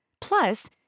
Plus